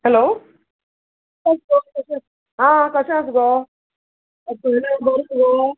hello आ कशें आस गो बर मुगो